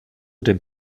den